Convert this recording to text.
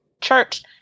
church